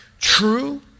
true